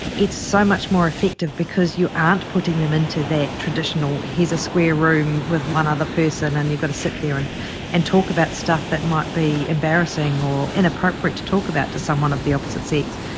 it's so much more effective because you aren't putting them into that traditional here's a square room with one other person and you've got to sit there and and talk about stuff that might be embarrassing or inappropriate to talk about to someone of the opposite sex,